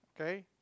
okay